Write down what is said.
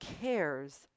cares